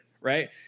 right